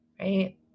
Right